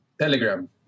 Telegram